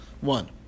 one